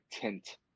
tint